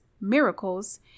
miracles